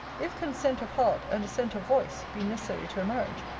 if consent of heart, and assent of voice, be necessary to a marriage,